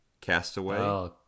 Castaway